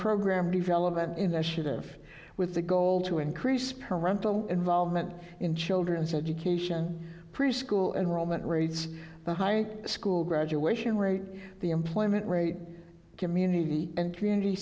program development initiative with the goal to increase parental involvement in children's education preschool and roman rates the high school graduation rate the employment rate community